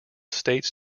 states